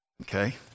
Okay